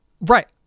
Right